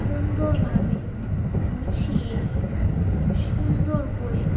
সুন্দরভাবে গুছিয়ে সুন্দর করে